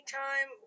time